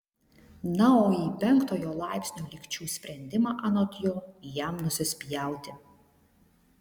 na o į penktojo laipsnio lygčių sprendimą anot jo jam nusispjauti